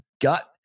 gut